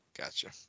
Gotcha